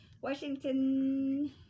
Washington